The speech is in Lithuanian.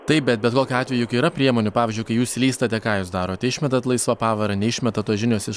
taip bet bet kokiu atveju juk yra priemonių pavyzdžiui kai jūs slystate ką jūs darote išmetat laisvą pavarą neišmetat tos žinios iš